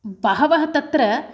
बहवः तत्र